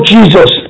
Jesus